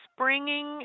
springing